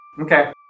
Okay